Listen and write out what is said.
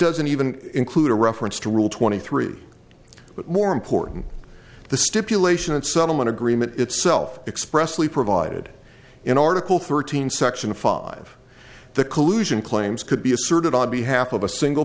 doesn't even include a reference to rule twenty three but more important the stipulation of settlement agreement itself expressly provided in article thirteen section five the collusion claims could be asserted on behalf of a single